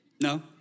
No